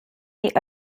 die